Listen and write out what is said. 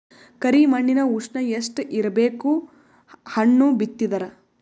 ಕರಿ ಮಣ್ಣಿನ ಉಷ್ಣ ಎಷ್ಟ ಇರಬೇಕು ಹಣ್ಣು ಬಿತ್ತಿದರ?